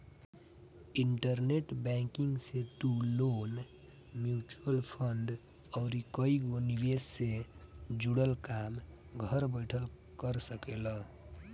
internet banking से तू loan, mutual fund अउरी कईगो निवेश से जुड़ल काम घर बैठल कर सकेला